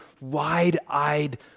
wide-eyed